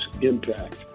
impact